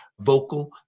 Vocal